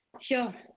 Sure